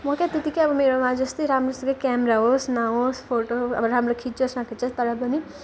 म के त्यतिकै अब मेरोमा जस्तै राम्रोसँग क्यामेरा होस् नहोस् फोटो अब राम्रो खिचोस् नखिचोस् तर पनि